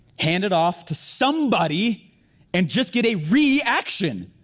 hand it off to somebody and just get a reaction.